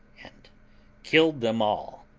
and killed them all,